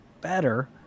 better